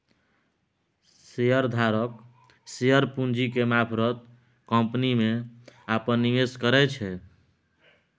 share धारक share पूंजी के मारफत कंपनी में अप्पन निवेश करै छै